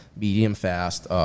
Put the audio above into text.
medium-fast